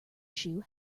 shoe